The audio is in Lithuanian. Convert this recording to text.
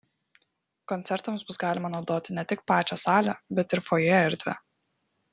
koncertams bus galima naudoti ne tik pačią salę bet ir fojė erdvę